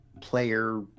player